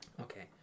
okay